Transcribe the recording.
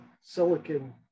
silicon